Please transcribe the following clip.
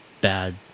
bad